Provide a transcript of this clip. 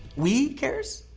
we cares?